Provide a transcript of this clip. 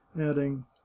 adding